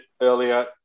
earlier